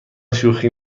شوخی